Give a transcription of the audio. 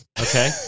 Okay